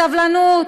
סבלנות,